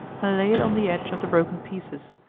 and lay it on the edge of the broken pieces,